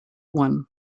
one